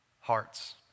hearts